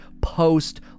post